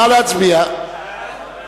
ההצעה להעביר את